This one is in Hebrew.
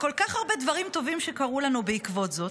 וכל כך הרבה דברים טובים קרו לנו בעקבות זאת.